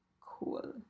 cool